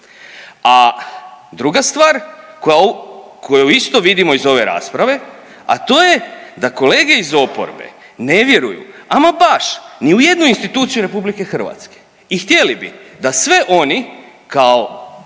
A druga stvar koja, koju isto vidimo iz ove rasprave, a to je da kolege iz oporbe ne vjeruju, ama baš ni u jednu instituciju RH i htjeli bi da sve oni kao